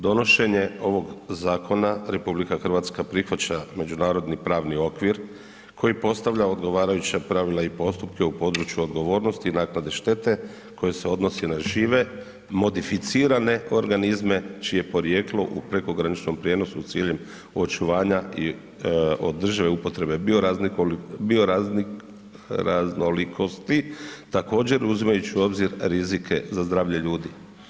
Donošenje ovog zakona, RH prihvaća međunarodni pravni okvir koji postavlja odgovarajuća pravila i postupke u području odgovornosti i naknade štete koje se odnosi na žive modificirane organizme čije porijeklo u prekograničnom prijenosu s ciljem očuvanja i održive upotrebe bioraznolikosti, također uzimajući u obzir rizike za zdravlje ljudi.